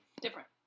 different